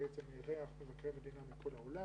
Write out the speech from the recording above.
בעצם אירח מבקרי מדינה מכל העולם.